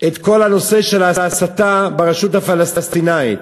את כל הנושא של ההסתה ברשות הפלסטינית.